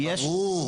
לא, ברור.